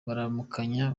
bararamukanya